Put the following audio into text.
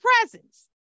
presence